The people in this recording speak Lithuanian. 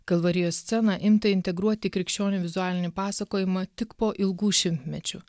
kalvarijos sceną imta integruoti į krikščionių vizualinį pasakojimą tik po ilgų šimtmečių